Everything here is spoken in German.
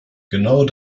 genau